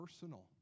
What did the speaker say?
personal